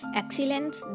excellence